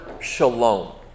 shalom